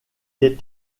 est